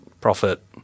profit